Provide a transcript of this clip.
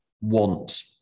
want